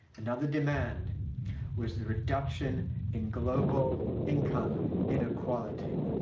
another demand was the reduction in global income inequality,